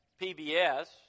pbs